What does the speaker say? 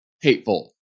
hateful